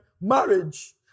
marriage